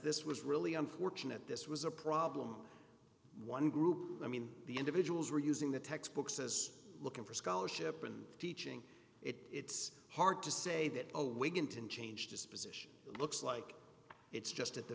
this was really unfortunate this was a problem one group i mean the individuals were using the textbooks as looking for scholarship and teaching it it's hard to say that a wigginton changed its position it looks like it's just at the